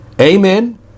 Amen